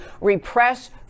repress